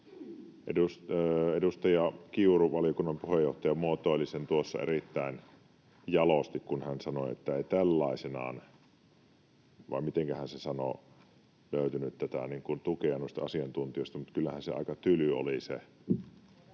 Edustaja Kiuru, valiokunnan puheenjohtaja, muotoili sen tuossa erittäin jalosti, kun hän sanoi, että ei tällaisenaan — vai mitenkä hän sen sanoi — löytynyt tätä tukea noista asiantuntijoista, mutta kyllähän se aika tylyä oli.